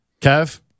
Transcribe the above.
Kev